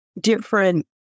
different